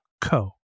co